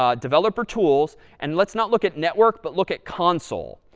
ah developer tools. and let's not look at network, but look at console.